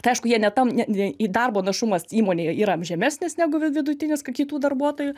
tai aišku jie ne tam ne į darbo našumas įmonėje yra žemesnis negu vidutinis kai kitų darbuotojų